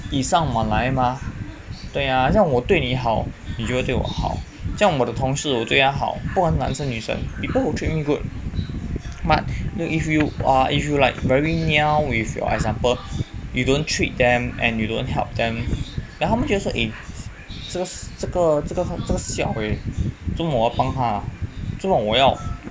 礼尚往来嘛对嘛很像我对你好你就会对我好像我的同事我对他好不管男生女生 people who treat me good but err but if you like very niao with example you don't treat them and you don't help them then 他们会觉得 eh 这个这个这个这个 siao eh 做么我要帮他啊做么我要